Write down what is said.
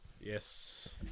Yes